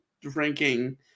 drinking